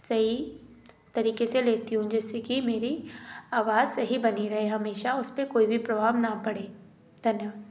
सही तरीके से लेती हूँ जिससे कि मेरी आवाज़ सही बनी रहे हमेशा उसपे कोई भी प्रभाव न पड़े धन्यवाद